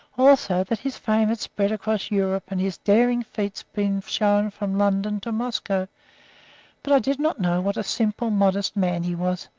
also that his fame had spread across europe and his daring feats been shown from london to moscow but i did not know what a simple, modest man he was,